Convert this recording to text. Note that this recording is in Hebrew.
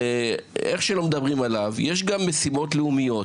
ואיך שלא מדברים עליו, יש גם משימות לאומית.